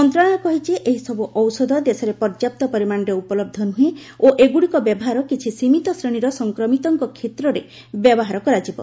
ମନ୍ତ୍ରଣାଳୟ କହିଛି ଏହିସବୁ ଔଷଧ ଦେଶରେ ପର୍ଯ୍ୟାପ୍ତ ପରିମାଣରେ ଉପଲବ୍ଧ ନୁହେଁ ଓ ଏଗୁଡ଼ିକର ବ୍ୟବହାର କିଛି ସୀମିତ ଶ୍ରେଣୀର ସଂକ୍ରମିତଙ୍କ କ୍ଷେତ୍ରରେ ବ୍ୟବହାର କରାଯିବ